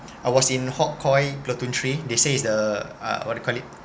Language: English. I was in hawk coy platoon three they say it's the uh what you call it